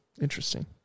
Interesting